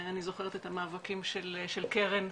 ואני זוכרת את המאבקים של קרן,